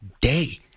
day